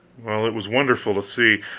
well, it was wonderful to see!